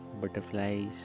Butterflies